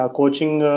coaching